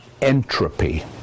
entropy